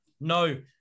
No